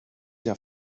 der